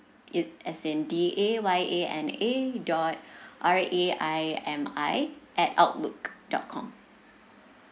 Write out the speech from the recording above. it as and D A Y A N A dot R A I M I at outlook dot com